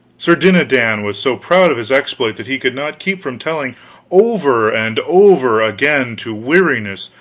sir dinadan was so proud of his exploit that he could not keep from telling over and over again, to weariness,